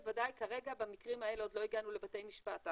כרגע במקרים האלה עוד לא הגענו לבתי משפט.